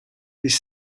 des